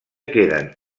queden